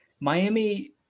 Miami